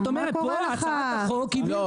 את אומרת שפה הצעת החוק היא במקום.